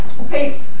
Okay